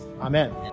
Amen